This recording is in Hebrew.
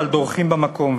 אבל דורכים במקום,